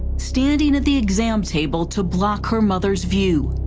standing at the exam table to block her mother's view.